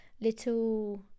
little